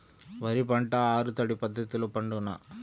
వరి పంట ఆరు తడి పద్ధతిలో పండునా?